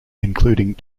including